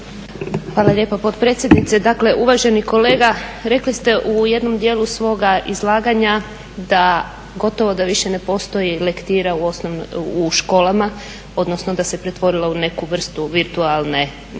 Hvala lijepa potpredsjednice. Dakle, uvaženi kolega rekli ste u jednom dijelu svoga izlaganja da gotovo da više ne postoji lektira u školama odnosno da se pretvorila u neku vrstu virtualne